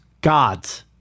Gods